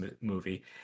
movie